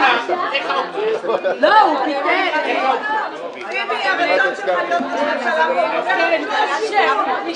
הישיבה ננעלה בשעה 10:31.